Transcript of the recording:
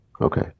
Okay